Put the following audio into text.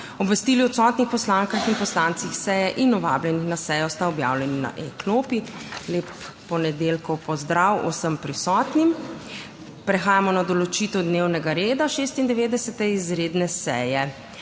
obvestili odsotnih poslankah in poslancih seje in vabljenih na sejo sta objavljeni na e-klopi. Lep ponedeljkov pozdrav vsem prisotnim! Prehajamo na določitev dnevnega reda 96. izredne seje,